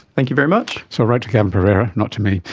thank you very much. so write to gavin pereira, not to me!